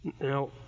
Now